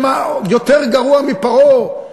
יותר גרוע מפרעה.